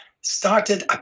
started